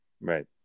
Right